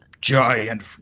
giant